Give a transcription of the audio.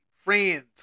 friends